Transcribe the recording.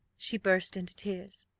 she burst into tears.